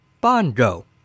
Bongo